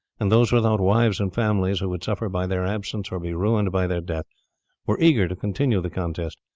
and those without wives and families who would suffer by their absence or be ruined by their death were eager to continue the contest.